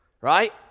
Right